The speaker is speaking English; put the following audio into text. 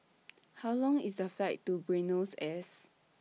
How Long IS The Flight to Buenos Aires